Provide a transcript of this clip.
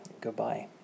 goodbye